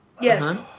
Yes